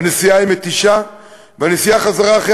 הנסיעה היא מתישה והנסיעה חזרה אחרי